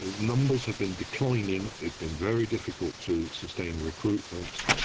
ah numbers have been declining, it's been very difficult to sustain recruitment.